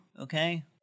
okay